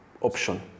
option